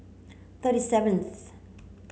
thirty seventh